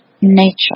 nature